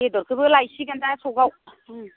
बेदरखौबो लायसिगोन दा सखआव